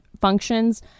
functions